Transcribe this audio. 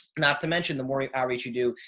not to mention the morning outreach you do,